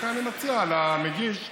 לכן אני מציע למגיש להמתין.